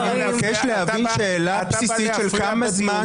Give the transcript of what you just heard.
אני מבקש להבין שאלה בסיסית של כמה זמן.